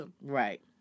Right